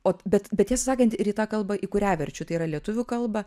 o bet bet tiesą sakant į tą kalbą į kurią verčia tai yra lietuvių kalbą